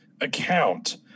account